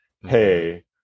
hey